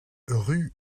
rue